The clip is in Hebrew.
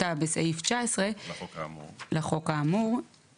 גם אם הקשיש ימצא את הדירה לפני היתר הבנייה,